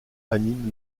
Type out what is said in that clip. anime